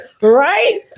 Right